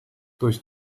durch